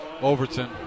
Overton